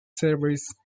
service